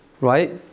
right